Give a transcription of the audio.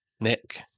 Nick